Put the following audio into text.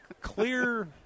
clear